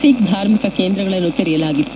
ಸಿಖ್ ಧಾರ್ಮಿಕ ಕೇಂದ್ರಗಳನ್ನು ತೆರೆಯಲಾಗಿತ್ತು